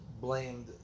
blamed